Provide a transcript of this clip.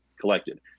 collected